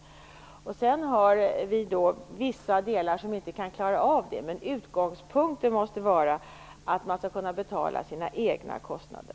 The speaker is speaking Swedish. På vissa sträckor kan man inte klara av det, men utgångspunkten måste vara att man bär sina egna kostnader.